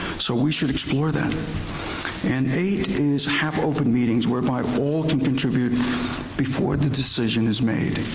so we should explore that and eight is have open meetings whereby all can contribute before the decision is made.